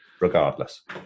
Regardless